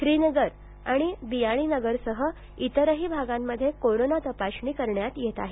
श्रीनगर बियाणीनगरसह इतरही भागांमध्ये कोरोना तपासणी करण्यात येत आहे